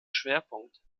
schwerpunkt